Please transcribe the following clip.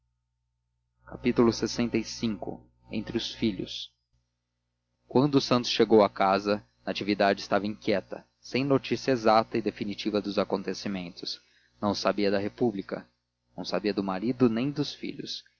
propriamente susto lxv entre os filhos quando santos chegou a casa natividade estava inquieta sem notícia exata e definitiva dos acontecimentos não sabia da república não sabia do marido nem dos filhos